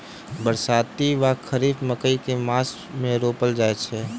बरसाती वा खरीफ मकई केँ मास मे रोपल जाय छैय?